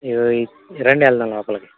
ఇగో ఈ రండి వెళ్దాం లోపలికి